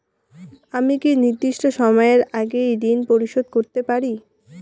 আমি কি নির্দিষ্ট সময়ের আগেই ঋন পরিশোধ করতে পারি?